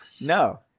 no